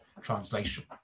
translation